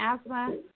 asthma